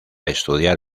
estudiar